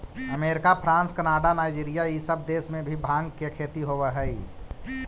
America, France, Canada, Nigeria इ सब देश में भी भाँग के खेती होवऽ हई